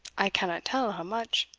i cannot tell how much.